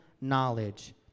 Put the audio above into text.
knowledge